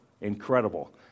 Incredible